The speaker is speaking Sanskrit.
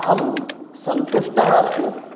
अहं सन्तुष्टः अस्मि